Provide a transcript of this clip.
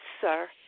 Sir